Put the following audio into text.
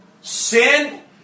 Sin